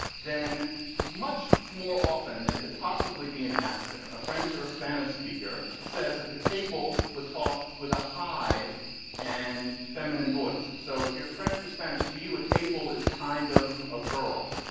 then much more often than could possibly be an accident, a french or a spanish speaker says that the table would talk with a high and feminine voice. so if you're french or spanish, to you, a table is kind of a girl,